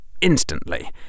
instantly